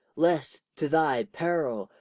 lest, to thy peril,